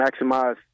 maximize